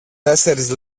τέσσερις